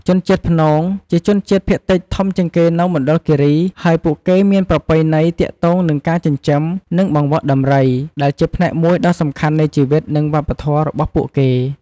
ជនជាតិព្នង ជាជនជាតិភាគតិចធំជាងគេនៅមណ្ឌលគិរី ហើយពួកគេមានប្រពៃណីទាក់ទងនឹងការចិញ្ចឹម និងបង្វឹកដំរី ដែលជាផ្នែកមួយដ៏សំខាន់នៃជីវិត និងវប្បធម៌របស់ពួកគេ។